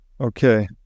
Okay